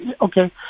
Okay